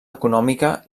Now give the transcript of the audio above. econòmica